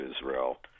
Israel